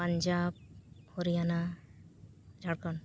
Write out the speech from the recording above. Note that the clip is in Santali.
ᱯᱟᱧᱡᱟᱵᱽ ᱦᱚᱨᱤᱭᱟᱱᱟ ᱡᱷᱟᱲᱠᱷᱚᱸᱰ